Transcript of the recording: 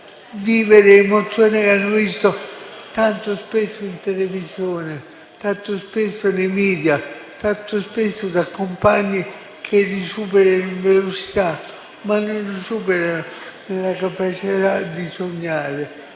vivere le emozioni che hanno visto tanto spesso in televisione, tanto spesso nei *media*, tanto spesso tra compagni che li superano in velocità, ma non li superano nella capacità di sognare,